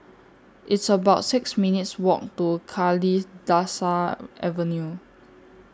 It's about six minutes' Walk to Kalidasa Avenue